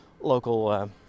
local